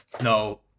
no